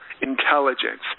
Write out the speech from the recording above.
intelligence